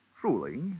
truly